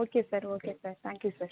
okay sir okay sir thank you sir